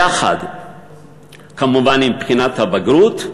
יחד כמובן עם בחינת הבגרות,